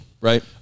right